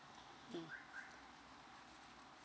mm